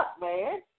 man